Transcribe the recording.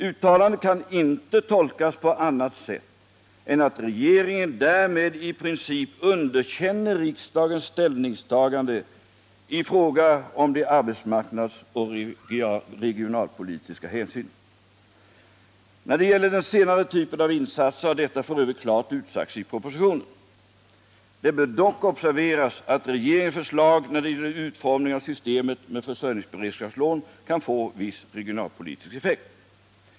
Uttalandet kan inte tolkas på annat sätt än att regeringen därmed i princip underkänner riksdagens ställningstaganden i fråga om de arbetsmarknadsoch regionalpolitiska hänsynen. När det gäller den senare typen av insatser har detta f.ö. klart utsagts i propositionen. Det bör dock observeras att regeringens förslag när det gäller utformningen av systemet med försörjningsberedskapslån kan få viss 63 regionalpolitisk effekt.